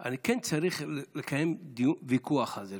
אני כן צריך לקיים ויכוח על זה.